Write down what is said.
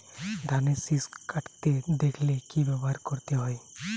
ধানের শিষ কাটতে দেখালে কি ব্যবহার করতে হয়?